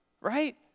right